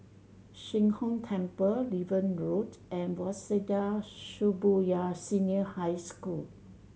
Sheng Hong Temple Niven Road and Waseda Shibuya Senior High School